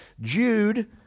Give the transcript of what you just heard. Jude